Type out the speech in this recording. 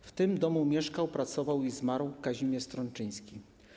W tym domu mieszkał, pracował i zmarł Kazimierz Stronczyński.